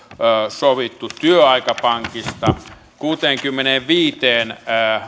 sovittu työaikapankista kuuteenkymmeneenviiteen